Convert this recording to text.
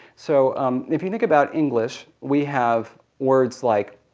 so um if you think about english we have words like